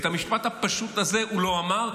את המשפט הפשוט הזה הוא לא אמר.